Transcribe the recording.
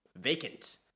vacant